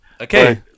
Okay